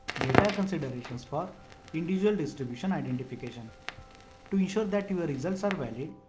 data considerations for individual distribution identification to ensure that your results are valid,